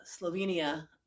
Slovenia